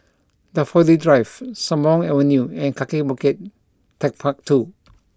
Daffodil Drive Sembawang Avenue and Kaki Bukit Techpark two